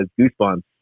Goosebumps